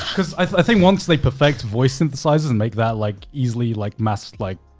cause i think once they perfect voice synthesizers and make that like easily like mass, like.